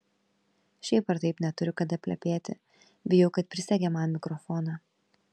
šiaip ar taip neturiu kada plepėti bijau kad prisegė man mikrofoną